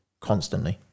constantly